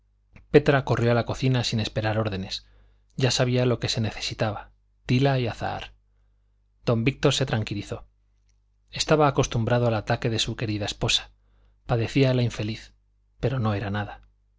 petra corrió a la cocina sin esperar órdenes ya sabía lo que se necesitaba tila y azahar don víctor se tranquilizó estaba acostumbrado al ataque de su querida esposa padecía la infeliz pero no era nada